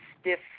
stiff